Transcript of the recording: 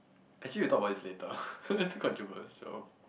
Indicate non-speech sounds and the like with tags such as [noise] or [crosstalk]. actually we talk about this later [laughs] to contribute also